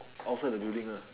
outside the building ah